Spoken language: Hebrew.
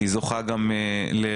היא זוכה גם לבולטות,